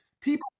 People